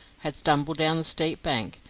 had stumbled down the steep bank,